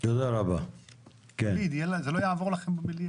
זה לא יעבור לכם במליאה.